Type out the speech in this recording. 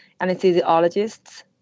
anesthesiologists